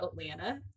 Atlanta